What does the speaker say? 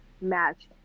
match